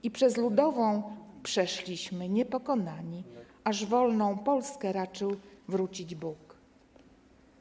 I przez Ludową przeszliśmy - niepokonani Aż Wolną Polskę raczył wrócić Bóg!